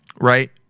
Right